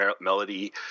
melody